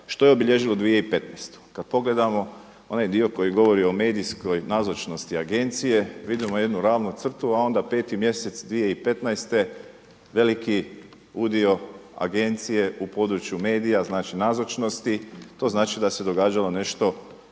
što je obilježilo 2015.? Kad pogledamo onaj dio koji govori o nazočnosti Agencije, vidimo jednu ravnu crtu, a onda 5. mjesec 2015. veliki udio Agencije u području medija, znači nazočnosti, to znači da se događalo nešto